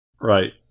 Right